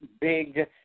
big